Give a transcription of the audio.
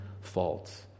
faults